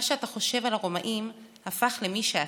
מה שאתה חושב על הרומאים הפך למי שאתה.